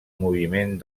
moviment